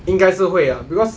应该是会 ah because